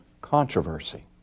controversy